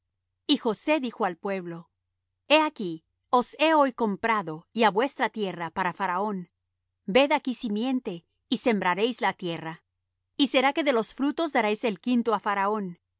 y josé dijo al pueblo he aquí os he hoy comprado y á vuestra tierra para faraón ved aquí simiente y sembraréis la tierra y será que de los frutos daréis el quinto á faraón